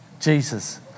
Jesus